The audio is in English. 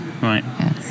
Right